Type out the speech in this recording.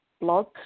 blog